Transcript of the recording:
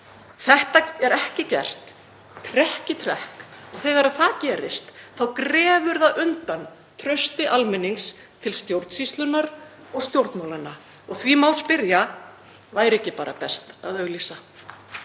Þetta er ekki gert, trekk í trekk, og þegar það gerist þá grefur það undan trausti almennings til stjórnsýslunnar og stjórnmálanna. Því má spyrja: Væri ekki bara best að auglýsa?